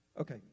Okay